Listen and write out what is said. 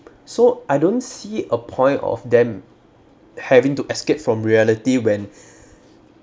so I don't see a point of them having to escape from reality when